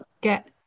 get